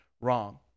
wrong